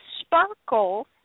Sparkle